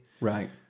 Right